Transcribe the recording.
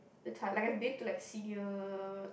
the tart like I've been to like senior